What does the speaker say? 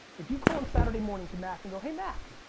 if you call in saturday morning to mack and go, hey, mack,